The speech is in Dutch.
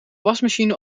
wasmachine